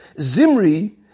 Zimri